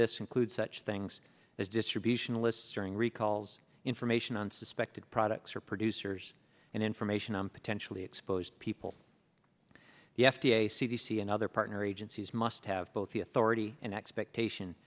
this include such things as distribution lists during recalls information on suspected products or producers and information on potentially exposed people the f d a c d c and other partner agencies must have both the authority and expectation